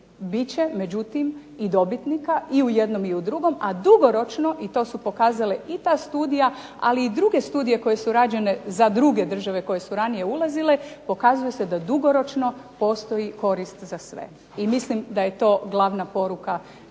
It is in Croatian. će međutim i dobitnika i u jednom i u drugom. A dugoročno i to su pokazale i te studije, ali i druge studije koje su rađene za druge države koje su ranije ulazile, pokazuje se da dugoročno postoji korist za sve. I mislim da je to glavna poruka